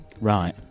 Right